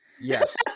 yes